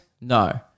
No